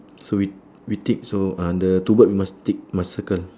so we we tick so ah the two bird we must tick must circle